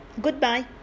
Goodbye